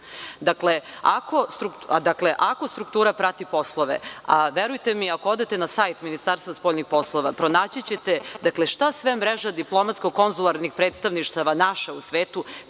ako struktura prati poslove, a verujte mi ako odete na sajt Ministarstva spoljnih poslova, pronaći ćete šta sve mreža diplomatsko-konzularnih predstavništava naša u svetu